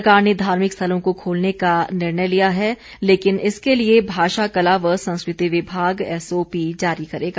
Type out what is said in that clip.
सरकार ने धार्मिक स्थलों को खोलने का निर्णय लिया है लेकिन इसके लिए भाषा कला व संस्कृति विभाग एसओपी जारी करेगा